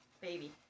Baby